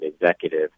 executive